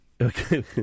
Okay